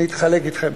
אני אתחלק אתכם,